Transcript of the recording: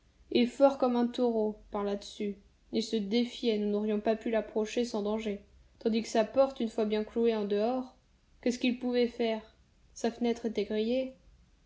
et fort comme un taureau par là-dessus il se défiait nous n'aurions pas pu l'approcher sans danger tandis que sa porte une fois bien clouée en dehors qu'est-ce qu'il pouvait faire sa fenêtre était grillée